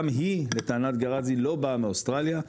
גם היא לטענת גרזי לא באה מאוסטרליה,